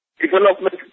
development